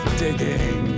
digging